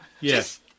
Yes